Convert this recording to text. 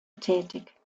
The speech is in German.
tätig